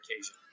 occasion